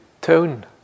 tone